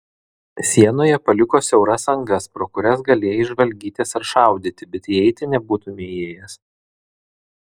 sienoje paliko siauras angas pro kurias galėjai žvalgytis ar šaudyti bet įeiti nebūtumei įėjęs